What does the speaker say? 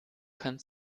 kann